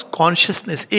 consciousness